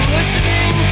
listening